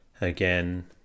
Again